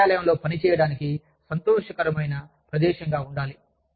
కానీ కార్యాలయం పని చేయడానికి సంతోషకరమైన ప్రదేశంగా ఉండాలి